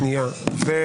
רגע.